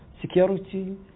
security